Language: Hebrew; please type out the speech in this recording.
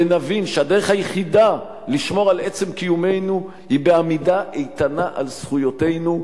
ונבין שהדרך היחידה לשמור על עצם קיומנו היא בעמידה איתנה על זכויותינו,